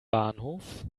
bahnhof